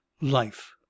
life